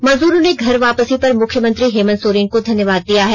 मजदूरों ने घर वापसी पर मुख्यमंत्री हेमन्त सोरेन को धन्यवाद दिया है